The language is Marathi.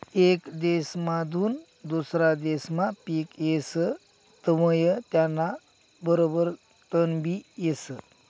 येक देसमाधून दुसरा देसमा पिक येस तवंय त्याना बरोबर तणबी येस